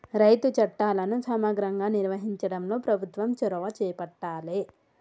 రైతు చట్టాలను సమగ్రంగా నిర్వహించడంలో ప్రభుత్వం చొరవ చేపట్టాలె